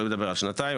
יכולים לדבר על שנתיים,